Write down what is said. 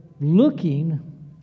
looking